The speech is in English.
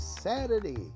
Saturday